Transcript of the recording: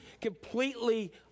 completely